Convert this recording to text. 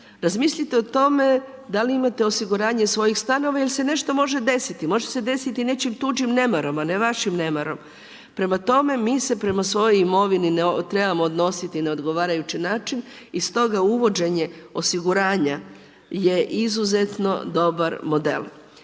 razmislite o tome da li imate osiguranje svojih stanova jer se nešto može desiti. Može se desiti nečijim tuđim nemarom a ne vašim nemarom. Prema tome, mi se prema svojoj imovini trebamo odnositi na odgovarajući način i stoga uvođenje osiguranja je izuzetno dobar model.